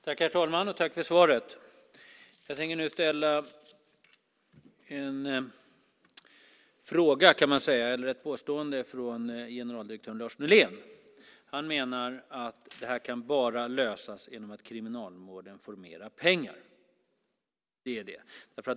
Herr talman! Tack för svaret! Jag tänker nu komma med ett påstående från generaldirektör Lars Nylén, som menar att det här bara kan lösas genom att Kriminalvården får mer pengar.